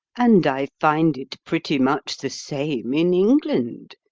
and i find it pretty much the same in england.